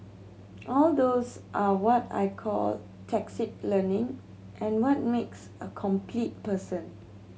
all those are what I call learning and what makes a complete person